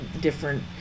different